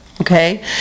Okay